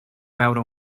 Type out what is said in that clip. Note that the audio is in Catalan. veure